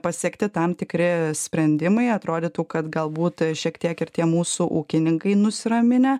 pasiekti tam tikri sprendimai atrodytų kad galbūt šiek tiek ir tie mūsų ūkininkai nusiraminę